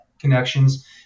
connections